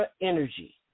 Energy